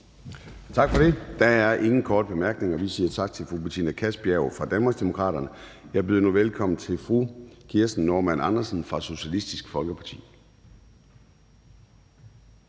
Tak for det. Der er ingen korte bemærkninger. Vi siger tak til fru Betina Kastbjerg fra Danmarksdemokraterne. Jeg byder nu velkommen til fru Kirsten Normann Andersen fra Socialistisk Folkeparti.